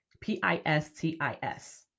P-I-S-T-I-S